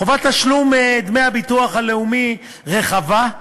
חובת תשלום דמי הביטוח הלאומי היא רחבה,